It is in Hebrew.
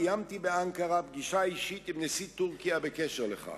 קיימתי באנקרה פגישה אישית עם נשיא טורקיה בקשר לזה.